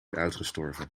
uitgestorven